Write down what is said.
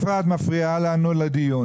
שפרה, את מפריעה לנו לדיון.